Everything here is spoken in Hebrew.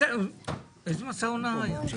איזה מסע הונאה היה?